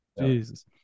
Jesus